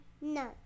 No